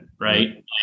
Right